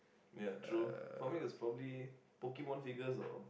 ya true for me was probably Pokemon figures or